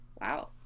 wow